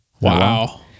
Wow